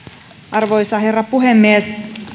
arvoisa herra puhemies